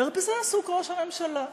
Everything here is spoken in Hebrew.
בזה עסוק ראש הממשלה.